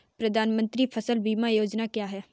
प्रधानमंत्री फसल बीमा योजना क्या है?